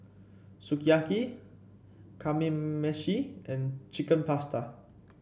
Sukiyaki Kamameshi and Chicken Pasta